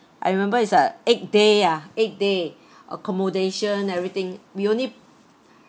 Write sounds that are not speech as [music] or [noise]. I remember is a eight day ah eight day [breath] accommodation everything we only